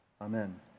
Amen